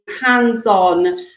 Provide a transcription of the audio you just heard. hands-on